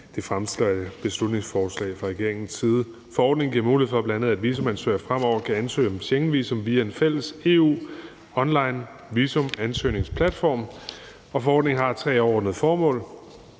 det fremsatte beslutningsforslag fra regeringen. Forordningen giver bl.a. mulighed for, at visumansøgere fremover kan ansøge om Schengenvisum via en fælles online EU-visumansøgningsplatform. Forordningen har tre overordnede formål: